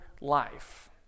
life